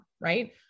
right